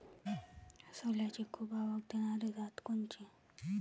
सोल्याची खूप आवक देनारी जात कोनची?